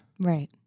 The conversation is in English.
Right